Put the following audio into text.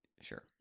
Sure